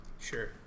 Sure